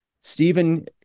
Stephen